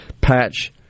patch